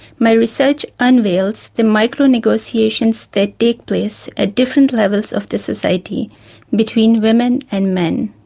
my research unveils the micro-negotiations that take place at different levels of the society between women and men.